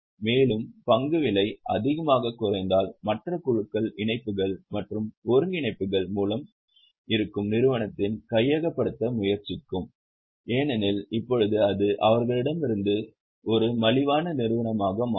மேலும் பங்கு விலை அதிகமாக குறைந்தால் மற்ற குழுக்கள் இணைப்புகள் மற்றும் ஒருங்கிணைப்புகளின் மூலம் இருக்கும் நிறுவனத்தை கையகப்படுத்த முயற்சிக்கும் ஏனெனில் இப்போது அது அவர்களிடமிருந்து ஒரு மலிவான நிறுவனமாக மாறும்